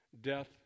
death